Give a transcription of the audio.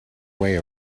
way